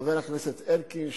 חבר הכנסת אלקין,